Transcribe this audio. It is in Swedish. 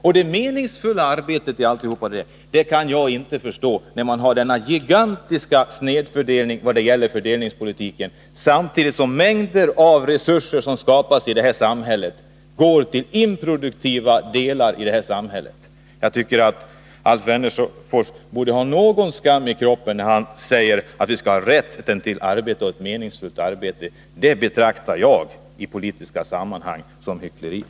Var det meningsfulla i arbetet skall ligga, mitt i denna gigantiska snedinriktning när det gäller fördelningspolitiken, kan jag inte förstå. Samtidigt går ju mängder av resurser som skapas i vårt samhälle till improduktiva ändamål. Jag tycker att Alf Wennerfors borde ha någon skam i kroppen när han säger att vi skall ha rätt till arbete och även till ett mera meningsfullt arbete. Det betraktar jag som hyckleri i den politiska debatten.